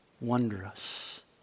wondrous